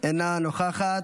אינה נוכחת.